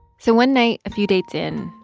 so one night a few dates in,